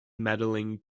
medaling